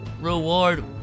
reward